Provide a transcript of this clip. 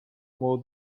more